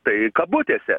tai kabutėse